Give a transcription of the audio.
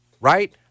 right